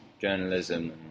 journalism